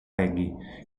reggae